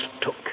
took